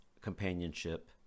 companionship